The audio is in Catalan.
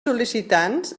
sol·licitants